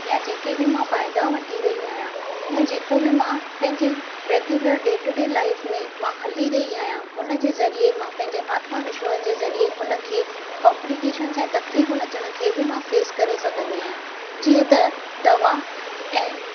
या जेके बि मां फ़ाइदा वठी रही आहियां या जेको बि मां पंहिंजे regular day to day life में मां हली रही आहियां हुन जे ज़रिए मां पंहिंजे आत्मविश्वास जे ज़रिए हुन खे कॉम्प्लिकेशनस ऐ तकलीफ़ूं अचण खे बि मां फ़ेस करे सघंदी आहियां जीअं त दवा ऐं